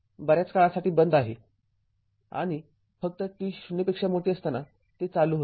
हे बऱ्याच काळासाठी बंद आहे आणि फक्त t 0 साठी ते ते चालू होते